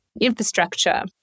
infrastructure